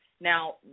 Now